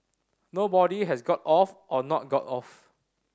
nobody has got off or not got off